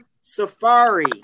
Safari